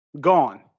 Gone